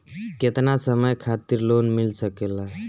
केतना समय खातिर लोन मिल सकेला?